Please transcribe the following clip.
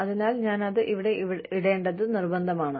അതിനാൽ ഞാൻ അത് ഇവിടെ ഇടേണ്ടത് നിർബന്ധമാണ്